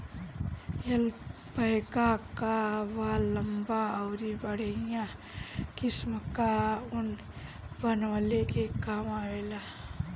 alpaca कअ बाल लंबा अउरी बढ़िया किसिम कअ ऊन बनवले के काम आवेला